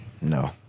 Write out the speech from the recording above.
No